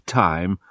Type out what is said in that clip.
time